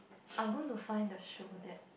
I'm going to find the show that